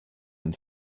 and